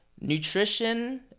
nutrition